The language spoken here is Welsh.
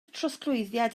trosglwyddiad